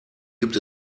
gibt